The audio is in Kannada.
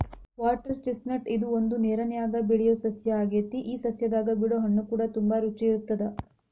ವಾಟರ್ ಚಿಸ್ಟ್ನಟ್ ಇದು ಒಂದು ನೇರನ್ಯಾಗ ಬೆಳಿಯೊ ಸಸ್ಯ ಆಗೆತಿ ಈ ಸಸ್ಯದಾಗ ಬಿಡೊ ಹಣ್ಣುಕೂಡ ತುಂಬಾ ರುಚಿ ಇರತ್ತದ